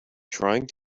trying